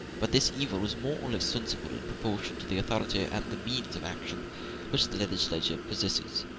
but this evil is more or less sensible in proportion to the authority and the means of action which the legislature possesses.